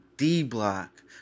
D-Block